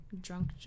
drunk